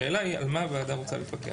השאלה היא על מה הוועדה רוצה לפקח.